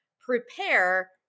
prepare